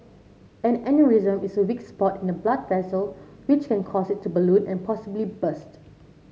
an aneurysm is a weak spot in a blood vessel which can cause it to balloon and possibly burst